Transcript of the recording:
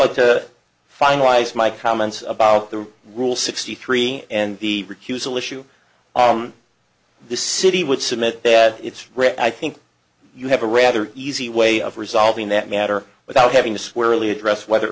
like to finalize my comments about the rule sixty three and the recusal issue the city would submit that it's really i think you have a rather easy way of resolving that matter without having to swear really address whether